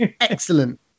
excellent